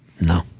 no